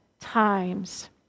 times